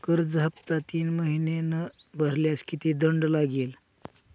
कर्ज हफ्ता तीन महिने न भरल्यास किती दंड लागेल?